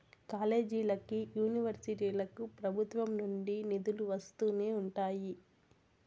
కాలేజీలకి, యూనివర్సిటీలకు ప్రభుత్వం నుండి నిధులు వస్తూనే ఉంటాయి